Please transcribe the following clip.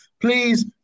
please